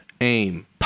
aim